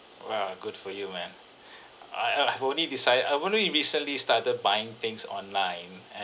!wow! good for you man I I've only decided I've only recently started buying things online and